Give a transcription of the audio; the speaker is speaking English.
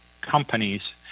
companies